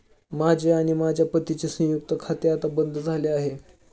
माझे आणि माझ्या पत्नीचे संयुक्त खाते आता बंद झाले आहे